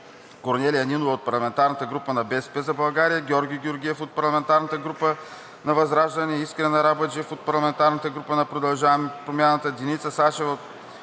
Корнелия Нинова от парламентарната група на „БСП за България“, Георги Георгиев от парламентарната група на ВЪЗРАЖДАНЕ, Искрен Арабаджиев от парламентарната група на „Продължаваме Промяната“, Деница Сачева от парламентарната